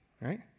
Right